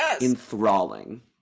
enthralling